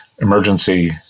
emergency